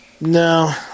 No